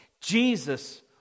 Jesus